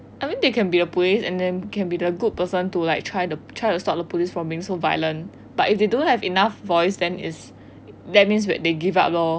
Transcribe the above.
I mean they can be the police and then can be the good person to like try to stop the police from being so violent but if they don't have enough voice then is that means that they give up lor